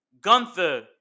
Gunther